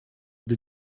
для